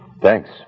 Thanks